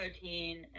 protein